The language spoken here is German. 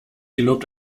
gelobt